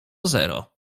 zero